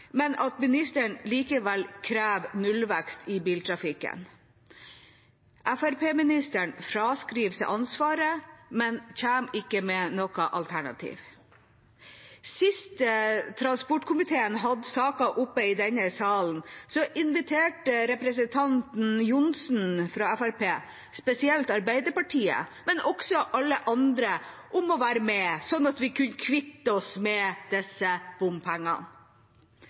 men at han likevel krever nullvekst i biltrafikken. Fremskrittsparti-statsråden fraskriver seg ansvaret, men kommer ikke med noe alternativ. Sist transportkomiteen hadde saken oppe i denne salen, inviterte representanten Johnsen fra Fremskrittspartiet spesielt Arbeiderpartiet, men også alle andre, til å være med, slik at vi kunne kvitte oss med disse bompengene.